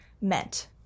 meant